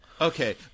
Okay